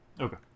okay